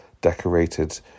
decorated